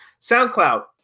SoundCloud